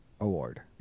Award